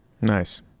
Nice